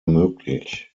möglich